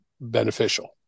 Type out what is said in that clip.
beneficial